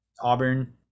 Auburn